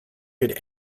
could